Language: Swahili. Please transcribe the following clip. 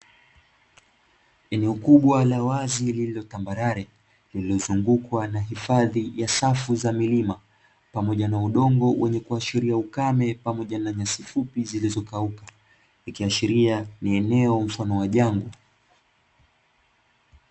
Eneo kubwa la wazi lilio tambarare, lililozungukwa na hifadhi ya safu za milima pamoja na udongo wenye kuashiria ukame pamoja na nyasi fupi zilizokauka. Ikiashiria ni eneo mfano wa jangwa.